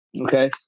Okay